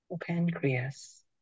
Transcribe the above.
pancreas